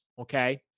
Okay